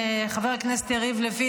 חבר הכנסת יריב לוין,